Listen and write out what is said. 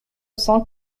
cent